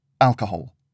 Alcohol